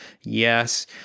Yes